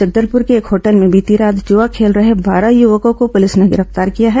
जगदलपुर के एक होटल में बीती रात जुआं खेल रहे बारह युवकों को पुलिस ने गिरफ्तार किया है